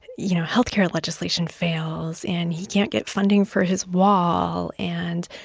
you know, health care legislation fails and he can't get funding for his wall and,